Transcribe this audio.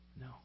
No